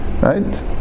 Right